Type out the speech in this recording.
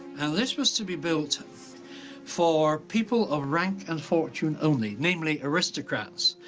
this was to be built for people of rank and fortune only. namely aristocrats.